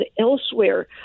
elsewhere